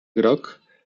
groc